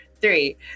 three